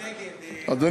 תוסיף אותי, בבקשה.